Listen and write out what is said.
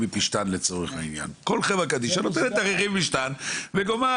מפשתן כי כל חברה קדישא נותנת תכריכים מפשתן וגובה,